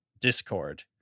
discord